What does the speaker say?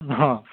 অঁ